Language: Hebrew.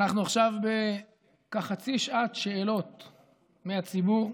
אנחנו עכשיו בכחצי שעת שאלות מהציבור,